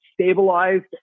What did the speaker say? stabilized